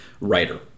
writer